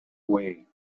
way